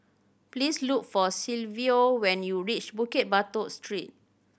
please look for Silvio when you reach Bukit Batok Street